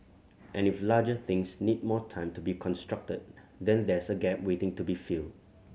and if larger things need more time to be constructed then there's a gap waiting to be filled